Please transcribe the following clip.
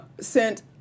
sent